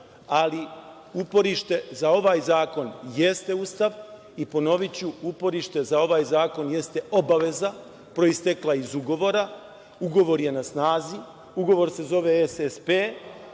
ali uporište za ovaj zakon jeste Ustav. Ponoviću, uporište za ovaj zakon jeste i obaveza proistekla iz ugovora. Ugovor je na snazi i ugovor se zove SSP.